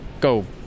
go